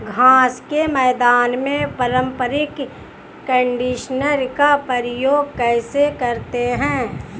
घास के मैदान में पारंपरिक कंडीशनर का प्रयोग कैसे करते हैं?